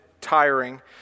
tiring